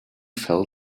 fell